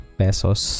pesos